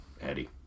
Eddie